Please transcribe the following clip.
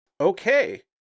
Okay